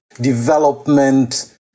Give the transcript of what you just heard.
development